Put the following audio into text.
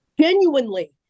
genuinely